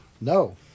No